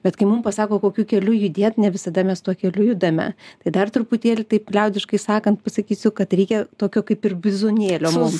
bet kai mum pasako kokiu keliu judėt ne visada mes tuo keliu judame tai dar truputėlį taip liaudiškai sakant pasakysiu kad reikia tokio kaip ir bizūnėlio mum